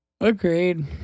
Agreed